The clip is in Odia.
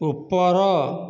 ଉପର